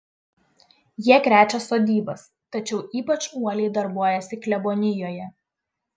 jie krečia sodybas tačiau ypač uoliai darbuojasi klebonijoje